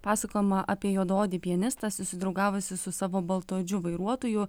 pasakojama apie juodaodį pianistą susidraugavusi su savo baltaodžiu vairuotoju